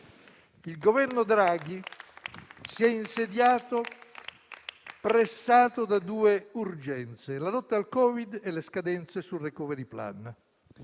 Il Governo Draghi si è insediato pressato da due urgenze, la lotta al Covid e le scadenze del *recovery plan*,